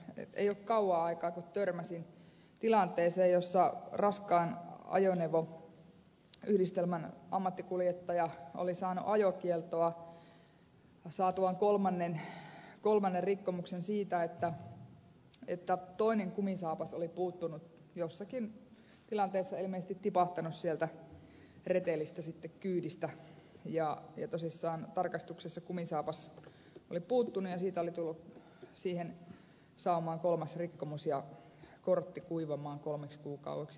ei ole kauan aikaa kun törmäsin tilanteeseen jossa raskaan ajoneuvoyhdistelmän ammattikuljettaja oli saanut ajokieltoa saatuaan kolmannen rikkomuksen siitä että toinen kumisaapas oli puuttunut jossakin tilanteessa ilmeisesti tipahtanut sieltä retelistä kyydistä ja tosissaan tarkastuksessa kumisaapas oli puuttunut ja siitä oli tullut siihen saumaan kolmas rikkomus ja kortti kuivumaan kolmeksi kuukaudeksi